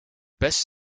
best